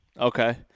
Okay